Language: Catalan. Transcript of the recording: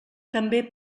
també